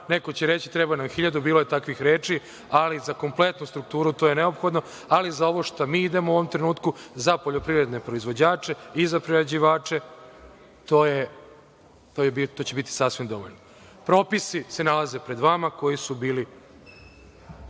neko će reći treba nam hiljadu, bilo je takvih reči, ali za kompletnu strukturu to je neophodno, ali za ovo što mi idemo u ovom trenutku, za poljoprivredne proizvođače i za prerađivače to će biti sasvim dovoljno. Propisi se nalaze pred vama, koji su bili,